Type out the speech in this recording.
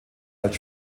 als